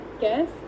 guess